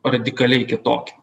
radikaliai kitokia